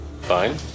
Fine